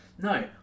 No